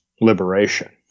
liberation